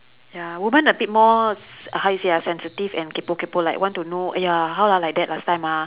ya woman a bit more s~ how you say ah sensitive and kaypoh kaypoh like want to know !aiya! how lah like that last time ah